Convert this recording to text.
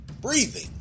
breathing